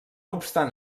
obstant